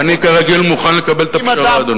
אני כרגיל מוכן לקבל את הפשרה, אדוני.